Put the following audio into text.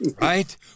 right